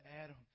Adam